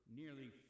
nearly